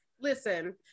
listen